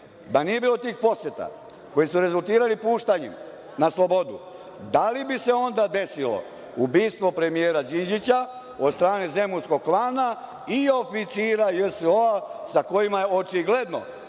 da nije bilo tih poseta koje su rezultirale puštanjem na slobodu, da li bi se onda desilo ubistvo premijera Đinđića od strane zemunskog klana i oficira JSO-a sa kojima je očigledno